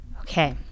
Okay